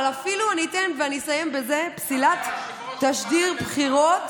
אני אתן ואני אסיים בזה: פסילת תשדיר בחירות